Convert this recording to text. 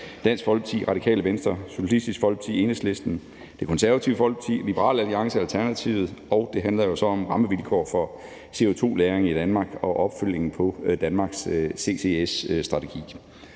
Dansk Folkeparti, Radikale Venstre, Socialistisk Folkeparti, Enhedslisten, Det Konservative Folkeparti, Liberal Alliance og Alternativet, og det handler jo så om rammevilkår for CO2-lagring i Danmark og opfølgning på Danmarks CCS-strategi.